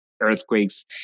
earthquakes